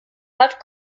hat